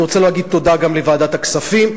אני רוצה להגיד תודה גם לוועדת הכספים.